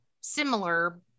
similar